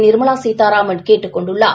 நிர்மலா சீதாராமன் கேட்டுக் கொண்டுள்ளார்